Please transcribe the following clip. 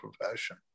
profession